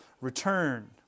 return